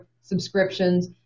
subscriptions